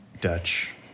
Dutch